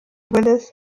willis